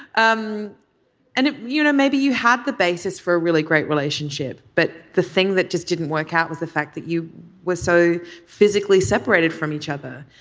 um and you know maybe you have the basis for a really great relationship but the thing that just didn't work out was the fact that you were so physically separated from each other.